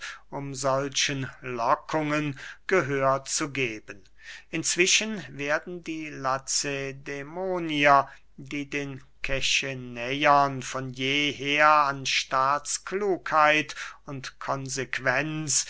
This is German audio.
um solchen lockungen gehör zu geben inzwischen werden die lacedämonier die den kechenäern von jeher an staatsklugheit und konsequenz